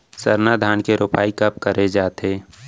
सरना धान के रोपाई कब करे जाथे?